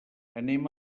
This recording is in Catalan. anem